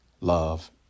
love